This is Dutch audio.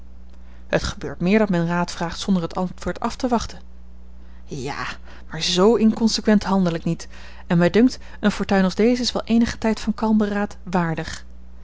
het gebeurt meer dat men raad vraagt zonder het antwoord af te wachten ja maar z inconsequent handel ik niet en mij dunkt eene fortuin als deze is wel eenigen tijd van kalm beraad waardig